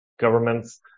governments